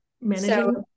Managing